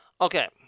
Okay